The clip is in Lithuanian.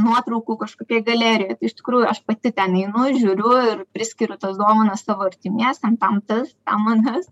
nuotraukų kažkokioj galerijoj tai iš tikrųjų aš pati ten einu žiūriu ir priskiriu tas dovanas savo artimiesiem tam tas tam anas